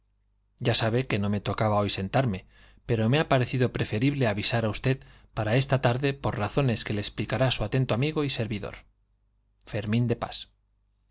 ya sabe que no me tocaba hoy sentarme pero me ha parecido preferible avisar a usted para esta tarde por razones que le explicará su atento amigo y servidor fermín de pas